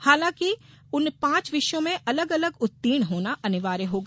हालांकि अन पांच विषयों में अलग अलग उत्तीर्ण होना अनिवार्य होगा